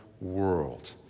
world